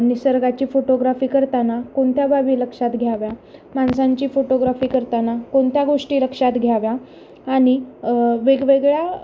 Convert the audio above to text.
निसर्गाची फोटोग्राफी करताना कोणत्या बाबी लक्षात घ्याव्या माणसांची फोटोग्राफी करताना कोणत्या गोष्टी लक्षात घ्याव्या आणि वेगवेगळ्या